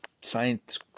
science